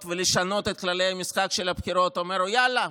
ולשנות את כללי המשחק של הבחירות אומר: יאללה,